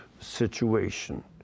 situation